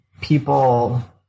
people